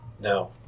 No